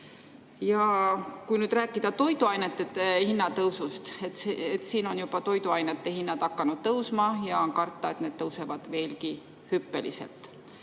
Kui nüüd rääkida toiduainete hinna tõusust, siis toiduainete hinnad on hakanud tõusma ja on karta, et need tõusevad hüppeliselt